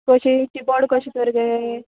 कशी चिबड कशे तर गे